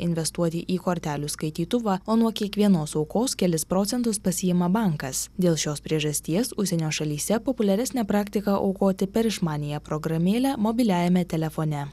investuoti į kortelių skaitytuvą o nuo kiekvienos aukos kelis procentus pasiima bankas dėl šios priežasties užsienio šalyse populiaresnė praktika aukoti per išmaniąją programėlę mobiliajame telefone